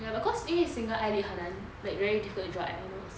ya but cause 因为 single eyelid very difficult to draw eyeliner also